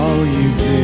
leads?